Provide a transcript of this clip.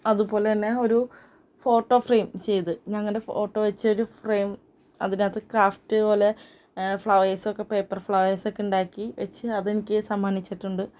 അതുപോലെതന്നെ ഒരു photo frame ചെയ്ത് ഞങ്ങളുടെ ഫോട്ടോ വച്ചൊരു ഫ്രെയിം അതിനകത്ത് ക്രാഫ്റ്റ് പോലെ ഫ്ലവേഴ്സൊക്കെ പേപ്പർ ഫ്ലവേഴ്സൊക്കെ ഉണ്ടാക്കി വച്ച് അതെനിക്ക് സമ്മാനിച്ചിട്ടുണ്ട്